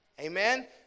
Amen